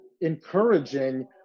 encouraging